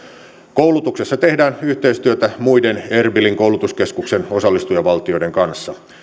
koulutuksessa tehdään yhteistyötä muiden erbilin koulutuskeskuksen osallistujavaltioiden kanssa